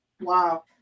wow